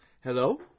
Hello